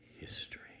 history